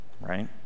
Right